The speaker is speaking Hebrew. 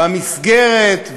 במסגרת,